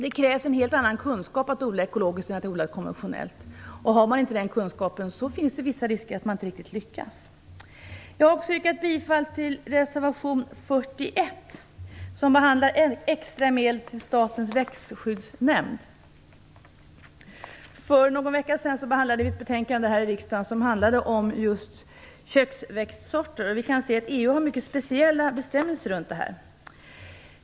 Det krävs en helt annan kunskap att odla ekologiskt jämfört med att odla konventionellt. Har man inte den kunskapen finns det viss risk för att man inte lyckas. Jag har också yrkat bifall till reservation 41, som behandlar extra medel till Statens växtskyddsnämnd. För någon vecka sedan behandlade vi ett betänkande här i kammaren som handlade om just köksväxtsorter. EU har mycket speciella bestämmelser kring dessa.